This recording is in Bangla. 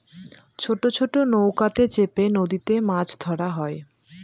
ছোট ছোট নৌকাতে চেপে নদীতে মাছ ধরা হয়